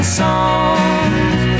songs